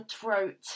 throat